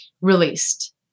released